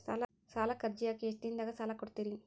ಸಾಲಕ ಅರ್ಜಿ ಹಾಕಿ ಎಷ್ಟು ದಿನದಾಗ ಸಾಲ ಕೊಡ್ತೇರಿ?